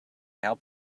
help